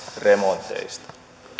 remonteista